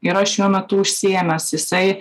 yra šiuo metu užsiėmęs jisai